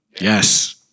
Yes